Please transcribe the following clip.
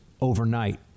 overnight